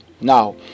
Now